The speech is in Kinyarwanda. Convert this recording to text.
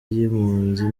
y’impunzi